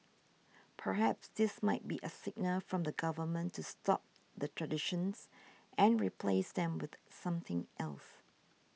perhaps this might be a signal from the government to stop the traditions and replace them with something else